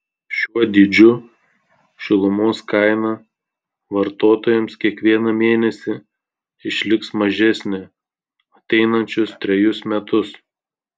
šiuo dydžiu šilumos kaina vartotojams kiekvieną mėnesį išliks mažesnė ateinančius trejus metus